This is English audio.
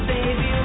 Baby